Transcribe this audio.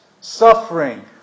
suffering